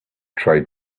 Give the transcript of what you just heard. tried